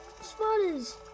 spiders